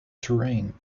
terrain